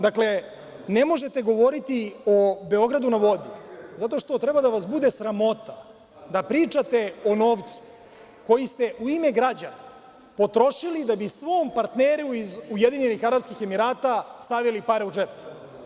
Dakle, ne možete govoriti o „Beogradu na vodi“ zato što treba da vas bude sramota da pričate o novcu koji ste u ime građana potrošili da bi svom partneru iz UAE stavili pare u džep.